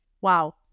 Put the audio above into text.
Wow